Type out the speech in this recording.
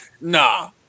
nah